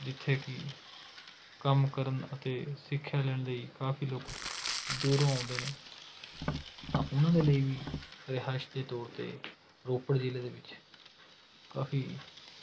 ਜਿੱਥੇ ਕਿ ਕੰਮ ਕਰਨ ਅਤੇ ਸਿੱਖਿਆ ਲੈਣ ਲਈ ਕਾਫੀ ਲੋਕ ਦੂਰੋਂ ਆਉਂਦੇ ਨੇ ਤਾਂ ਉਨ੍ਹਾਂ ਦੇ ਲਈ ਵੀ ਰਿਹਾਇਸ਼ ਦੇ ਤੌਰ 'ਤੇ ਰੋਪੜ ਜਿਲ੍ਹੇ ਦੇ ਵਿੱਚ ਕਾਫੀ